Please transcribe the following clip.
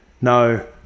No